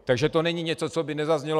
Takže to není něco, co by nezaznělo.